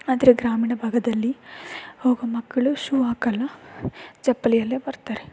ಆದರೆ ಗ್ರಾಮೀಣ ಭಾಗದಲ್ಲಿ ಹೋಗೋ ಮಕ್ಕಳು ಶೂ ಹಾಕೋಲ್ಲ ಚಪ್ಪಲಿಯಲ್ಲೇ ಬರ್ತಾರೆ